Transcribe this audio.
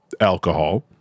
alcohol